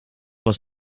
was